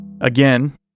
again